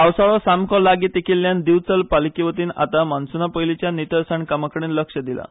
पावसाळो सामकी लागीं तेंकिल्ल्यान दिवचल पालिके वतीन आतां मॉन्सुना पयलींच्या नितळसाण कामां कडेन लक्ष दिलां